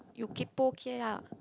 you kaypoh kia